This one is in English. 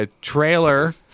trailer